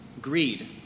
greed